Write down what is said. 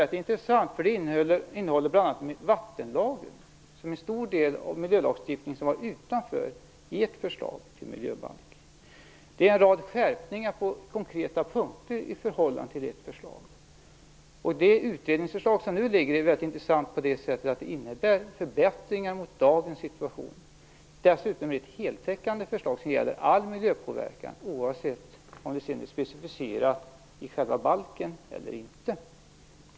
Förslaget gäller bl.a. vattenlagen och en stor del av miljölagstiftningen som var utanför ert förslag till miljöbalk. Det finns en rad skärpningar på konkreta punkter i förhållande till ert förslag. Nu liggande utredningsförslag är intressant på det sättet att det innebär förbättringar jämfört med dagens situation. Dessutom är det alltså ett heltäckande förslag som gäller all miljöpåverkan, oavsett om det sedan är specificerat i själva balken eller inte.